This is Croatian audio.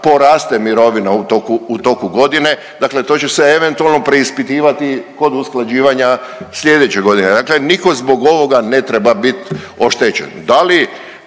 poraste mirovina u toku godine, dakle to će se eventualno preispitivati kod usklađivanja sljedeće godine. Dakle nitko zbog ovoga ne treba biti oštećen.